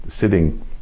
sitting